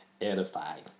edified